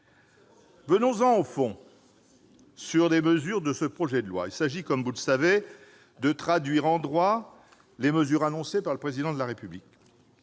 Venons-en au fond des mesures de ce projet de loi. Il s'agit, comme vous le savez, mes chers collègues, de traduire en droit les mesures annoncées par le Président de la République.